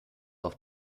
auf